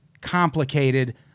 complicated